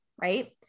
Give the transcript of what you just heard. right